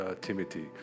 Timothy